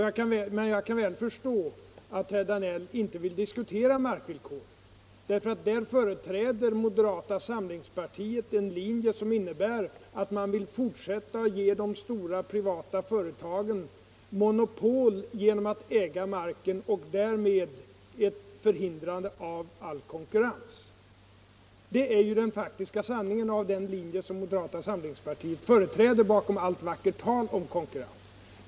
Jag kan väl förstå att herr Danell inte vill diskutera markvillkoren, för där företräder moderata samlingspartiet en linje som innebär att man vill fortsätta att ge de stora privata företagen monopol genom att äga marken och därmed förhindra all konkurrens. Det är ju den faktiska sanningen av den linje som moderata samlingspartiet företräder bakom allt vackert tal om konkurrens.